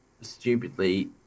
stupidly